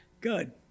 Good